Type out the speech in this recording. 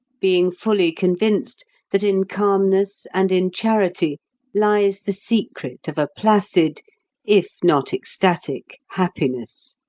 being fully convinced that in calmness and in charity lies the secret of a placid if not ecstatic happiness.